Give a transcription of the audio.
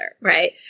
right